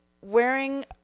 wearing